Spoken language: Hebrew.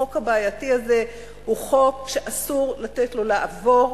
החוק הבעייתי הזה, הוא חוק שאסור לתת לו לעבור.